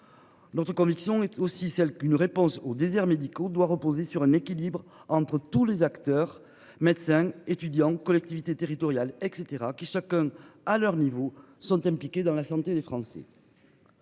Notre conviction est aussi celle qu'une réponse aux déserts médicaux doit reposer sur un équilibre entre tous les acteurs, médecins, étudiants, collectivités territoriales et cetera qui chacun à leur niveau sont impliqués dans la santé des Français.--